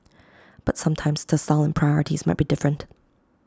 but sometimes the style and priorities might be different